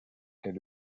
est